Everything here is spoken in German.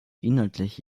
inhaltlich